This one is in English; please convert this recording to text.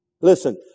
listen